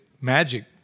magic